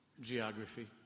geography